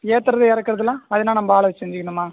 ஏத்துறது இறக்குறதுலாம் அதெலாம் நம்ம ஆள் வைச்சி செஞ்சிக்கணுமா